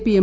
P M